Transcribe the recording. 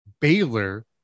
Baylor